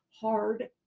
hard